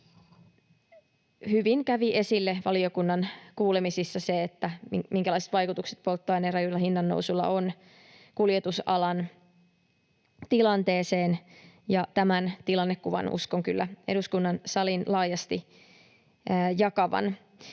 hyvin kävi esille valiokunnan kuulemisissa, minkälaiset vaikutukset polttoaineen rajulla hinnannousulla on kuljetusalan tilanteeseen, ja tämän tilannekuvan uskon kyllä eduskunnan salin laajasti jakavan.